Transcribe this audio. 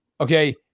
okay